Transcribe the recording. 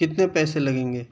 کتنے پیسے لگیں گے